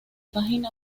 página